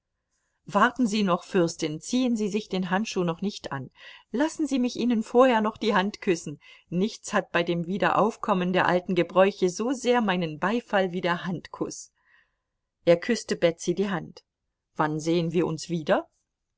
warten sie noch fürstin ziehen sie sich den handschuh noch nicht an lassen sie mich ihnen vorher noch die hand küssen nichts hat bei dem wiederaufkommen der alten gebräuche so sehr meinen beifall wie der handkuß er küßte betsy die hand wann sehen wir uns wieder